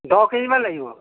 দহ কেজিমান লাগিব